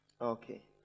Okay